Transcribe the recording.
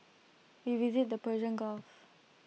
we visited the Persian gulf